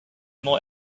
more